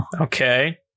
Okay